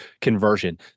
conversion